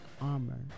armor